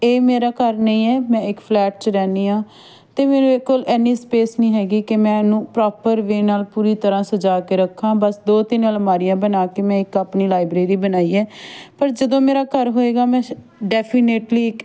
ਇਹ ਮੇਰਾ ਘਰ ਨਹੀਂ ਹੈ ਮੈਂ ਇੱਕ ਫਲੈਟ 'ਚ ਰਹਿੰਦੀ ਹਾਂ ਅਤੇ ਮੇਰੇ ਕੋਲ ਇੰਨੀ ਸਪੇਸ ਨਹੀਂ ਹੈਗੀ ਕਿ ਮੈਂ ਇਹਨੂੰ ਪ੍ਰੋਪਰ ਵੇ ਨਾਲ ਪੂਰੀ ਤਰ੍ਹਾਂ ਸਜਾ ਕੇ ਰੱਖਾਂ ਬਸ ਦੋ ਤਿੰਨ ਅਲਮਾਰੀਆਂ ਬਣਾ ਕੇ ਮੈਂ ਇੱਕ ਆਪਣੀ ਲਾਇਬ੍ਰੇਰੀ ਬਣਾਈ ਹੈ ਪਰ ਜਦੋਂ ਮੇਰਾ ਘਰ ਹੋਏਗਾ ਮੈਂ ਡੈਫੀਨੇਟਲੀ ਇੱਕ